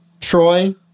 Troy